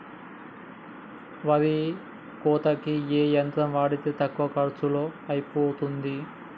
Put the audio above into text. వరి కోతకి ఏ యంత్రం వాడితే తక్కువ ఖర్చులో అయిపోతుంది?